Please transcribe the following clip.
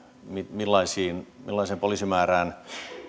millaiseen millaiseen poliisimäärään